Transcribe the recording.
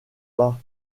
pas